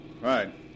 Right